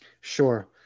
Sure